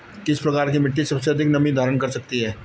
किस प्रकार की मिट्टी सबसे अधिक नमी धारण कर सकती है?